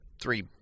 three